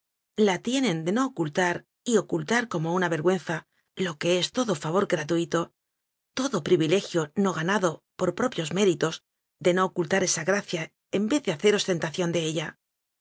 la tienen de no ocultar y ocultar como una vergüenza que lo es todo favor gratuito todo privilegio no ganado por pro pios méritos de no ocultar esa gracia en vez de hacer ostentación de ella